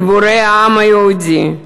גיבורי העם היהודי.